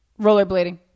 rollerblading